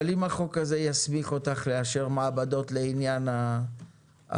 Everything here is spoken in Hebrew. אבל אם החוק הזה יסמיך אותך לאשר מעבדות לעניין החוק,